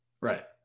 Right